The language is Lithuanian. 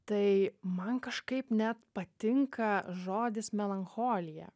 tai man kažkaip net patinka žodis melancholija